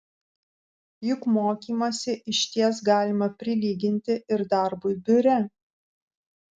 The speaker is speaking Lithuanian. juk mokymąsi išties galima prilyginti ir darbui biure